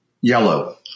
Yellow